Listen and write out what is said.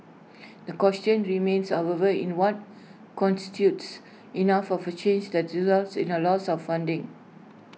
the question remains however in what constitutes enough of A change that results in A loss of funding